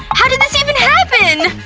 how did this even happen!